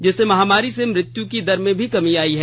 जिससे महामारी से मृत्यु की दर में भी कमी आई है